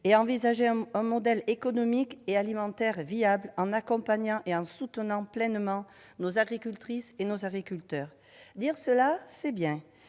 et envisager un modèle économique et alimentaire viable en accompagnant et en soutenant pleinement nos agricultrices et nos agriculteurs. Dire cela, c'est bien